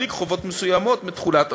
להחריג חובות מסוימים מתחולת החוק.